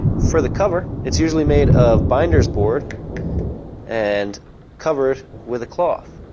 for the cover it's usually made of binders board and covered with a cloth,